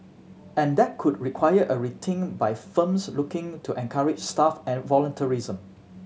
and that could require a rethink by firms looking to encourage staff and volunteerism